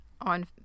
on